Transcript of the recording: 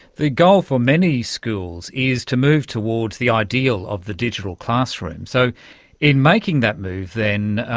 the goal for many schools is to move towards the ideal of the digital classroom. so in making that move then,